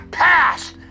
past